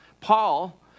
Paul